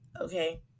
Okay